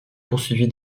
poursuivi